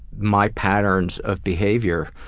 my patterns of behavior.